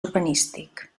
urbanístic